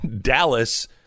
Dallas